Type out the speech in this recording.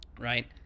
right